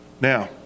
Now